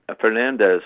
Fernandez